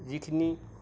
যিখিনি